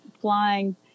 flying